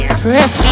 press